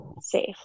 safe